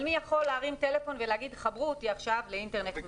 אבל מי יכול להרים טלפון ולומר שיחברו אותו עכשיו לאינטרנט מהיר.